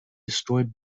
destroyed